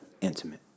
Intimate